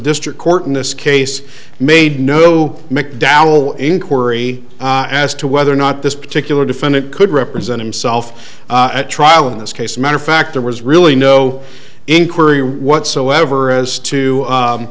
district court in this case made no macdowell inquiry as to whether or not this particular defendant could represent himself at trial in this case matter of fact there was really no inquiry whatsoever as to